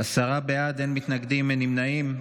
עשרה בעד, אין מתנגדים, אין נמנעים.